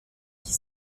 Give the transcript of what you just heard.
qui